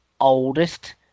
oldest